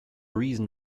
reason